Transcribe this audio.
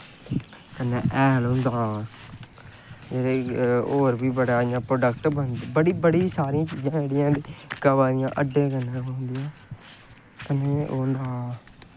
कन्नै हैल होंदा होर बी बड़े प्रोडक्ट बड़ी सारियां चीजां इ'यां गवें दे हड्डैं कन्नै बनदियां कन्नै ओह् ना